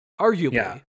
arguably